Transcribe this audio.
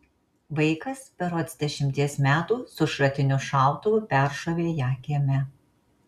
vaikas berods dešimties metų su šratiniu šautuvu peršovė ją kieme